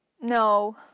No